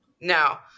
Now